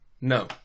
No